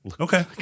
Okay